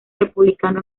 republicano